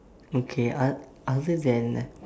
okay oth~ other than